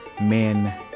men